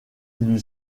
lui